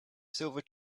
silver